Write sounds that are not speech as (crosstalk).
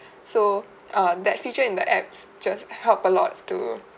(breath) so err that feature in the apps just help a lot to